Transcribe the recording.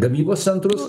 gamybos centrus